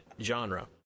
genre